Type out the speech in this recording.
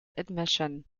admission